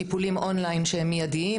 טיפולים אונליין שהם מיידים,